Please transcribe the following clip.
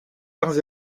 arts